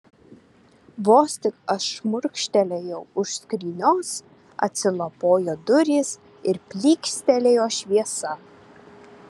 vos tik aš šmurkštelėjau už skrynios atsilapojo durys ir plykstelėjo šviesa